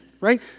right